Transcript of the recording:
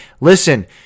listen